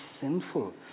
sinful